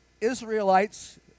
Israelites